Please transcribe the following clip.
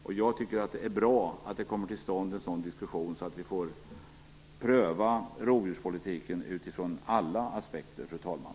Det är bra att en sådan diskussion kommer till stånd, så att vi får pröva rovdjurspolitiken utifrån alla aspekter, fru talman.